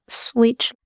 switch